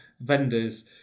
Vendors